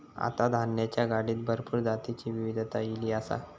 आता धान्याच्या गाडीत भरपूर जातीची विविधता ईली आसा